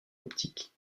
optiques